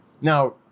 Now